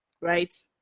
right